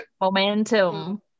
Momentum